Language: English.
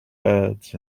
birds